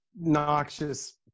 noxious